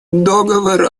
договор